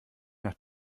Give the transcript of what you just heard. nach